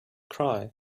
cry